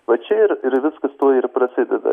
va čia ir ir viskas tuo ir prasideda